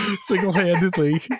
single-handedly